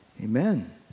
Amen